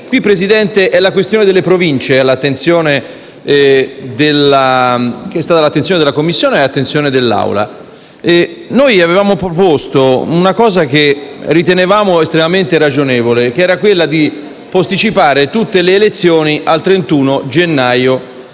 1.9, sulla questione delle Province, che è stata all'attenzione della Commissione e dell'Assemblea. Noi avevamo proposto una misura che ritenevamo estremamente ragionevole, che era quella di posticipare tutte le elezioni al 31 gennaio